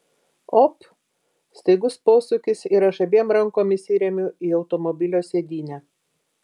op staigus posūkis ir aš abiem rankom įsiremiu į automobilio sėdynę